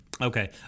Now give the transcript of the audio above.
okay